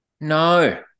No